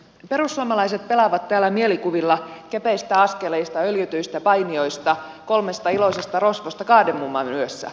perussuomalaiset pelaavat täällä mielikuvilla kepeistä askeleista öljytyistä painijoista kolmesta iloisesta rosvosta kardemumman yössä